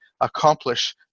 accomplish